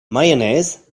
mayonnaise